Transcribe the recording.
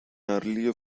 early